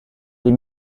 des